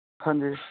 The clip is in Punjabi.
ਹਾਂਜੀ